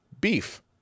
beef